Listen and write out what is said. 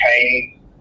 pain